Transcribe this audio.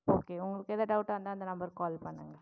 okay உங்களுக்கு எதா டவுட்டாக இருந்தால் இந்த நம்பருக்கு கால் பண்ணுங்கள்